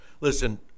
Listen